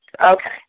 Okay